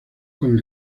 con